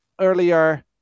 earlier